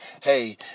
hey